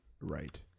Right